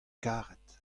karet